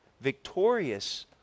victorious